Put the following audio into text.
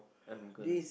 I'm gonna